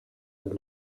with